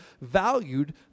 valued